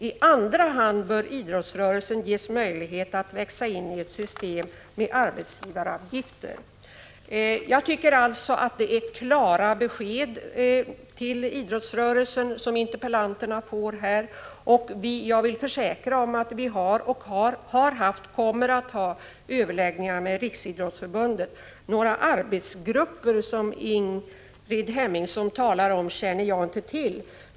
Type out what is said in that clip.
I andra hand bör idrottsrörelsen ges möjlighet att växa in i ett system med arbetsgivaravgifter. Jag tycker alltså att det är klara besked till idrottsrörelsen som interpellanterna här får, och jag vill försäkra att vi har haft och kommer att ha överläggningar med Riksidrottsförbundet. Några arbetsgrupper, som Ingrid Hemmingsson talar om, känner jag inte till.